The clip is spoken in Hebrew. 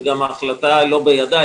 וגם ההחלטה לא בידיי.